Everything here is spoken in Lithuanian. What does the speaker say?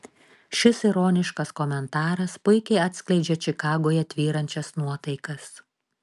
šis ironiškas komentaras puikiai atskleidžia čikagoje tvyrančias nuotaikas